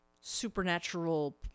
supernatural